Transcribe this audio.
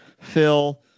Phil